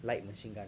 light machine gun